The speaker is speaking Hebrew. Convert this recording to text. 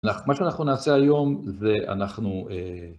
מה שאנחנו נעשה היום זה אנחנו...